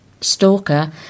Stalker